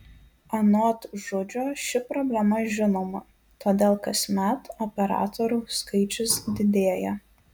anot žudžio ši problema žinoma todėl kasmet operatorių skaičius didėja